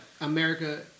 America